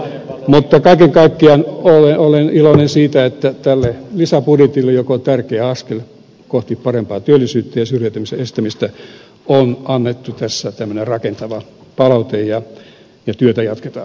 mutta kaiken kaikkiaan olen iloinen siitä että tälle lisäbudjetille joka on tärkeä askel kohti parempaa työllisyyttä ja syrjäytymisen estämistä on annettu tässä tämmöinen rakentava palaute ja työtä jatketaan